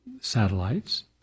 satellites